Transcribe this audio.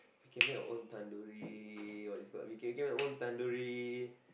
we can make our own tandoori all these kind we can get our own tandoori